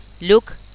Look